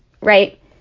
right